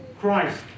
Christ